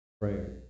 prayer